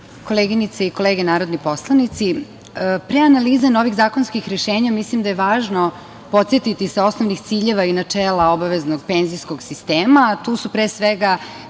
koleginice i kolege narodni poslanici, pre analize novih zakonskih rešenja mislim da je važno podsetiti se osnovnih ciljeva i načela obaveznog penzijskog sistema. Tu su pre svega